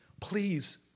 please